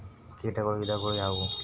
ಕೇಟಗಳ ವಿಧಗಳು ಯಾವುವು?